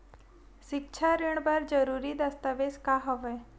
सिक्छा ऋण बर जरूरी दस्तावेज का हवय?